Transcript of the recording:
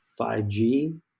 5G